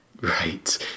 Right